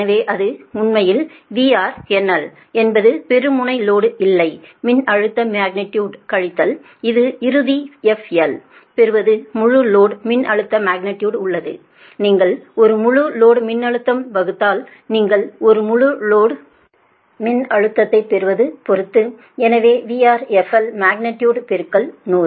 எனவே அது உண்மையில் VRNL என்பது பெறும் முனை லோடுஇல்லை மின்னழுத்த மக்னிடியுடு கழித்தல் இது இறுதி FL பெறுவது முழு லோடு மின்னழுத்த மக்னிடியுடு உள்ளது நீங்கள் ஒரு முழு லோடு மின்னழுத்தம் வகுத்தால் நீங்கள் ஒரு முழு லோடு மின்னழுத்தத்தைப் பெறுவது பொறுத்து எனவே VRFL மக்னிடியுடு பெருக்கல் நூறு